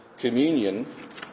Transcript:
communion